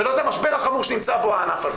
ולא את המשבר החמור שנמצא בו הענף הזה.